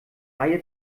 reihe